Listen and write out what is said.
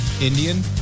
Indian